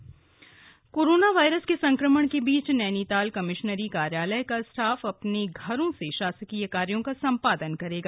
कमिश्नरी कार्यालय कोरोना वायरस के संक्रमण के बीच नैनीताल कमिश्नरी कार्यालय का स्टाफ अपने घरों से शासकीय कार्यों का सम्पादन करेगा